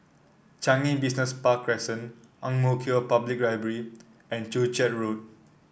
Changi Business Park Crescent Ang Mo Kio Public Library and Joo Chiat Road